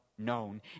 known